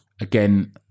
again